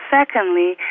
Secondly